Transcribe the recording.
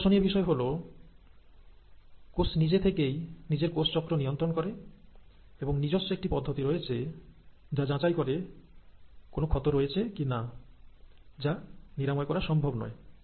আকর্ষণীয় বিষয় হলকোষ নিজে থেকেই নিজের কোষচক্র নিয়ন্ত্রণ করে এবং নিজস্ব একটি পদ্ধতি রয়েছে যা যাচাই করে কোন ক্ষত রয়েছে কি না যা নিরাময় করা সম্ভব নয়